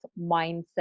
mindset